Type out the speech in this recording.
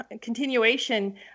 continuation